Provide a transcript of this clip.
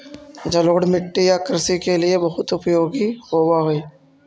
जलोढ़ मिट्टी या कृषि के लिए बहुत उपयोगी होवअ हई